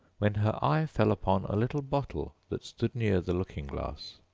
when her eye fell upon a little bottle that stood near the looking-glass.